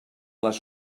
les